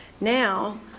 Now